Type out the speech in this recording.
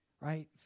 right